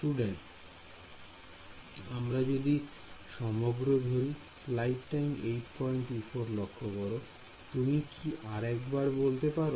Student আমরা যদি সমগ্র ধরি তুমি কি আরেকবার বলতে পারো